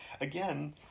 again